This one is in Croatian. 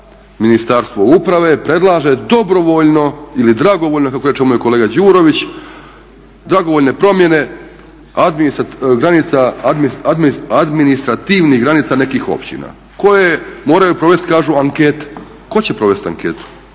Ministarstvo uprave predlaže dobrovoljno ili dragovoljno kako reče moj kolega Đurović dragovoljne promjene administrativnih granica nekih općina koje moraju provesti kažu ankete. Tko će provesti anketu?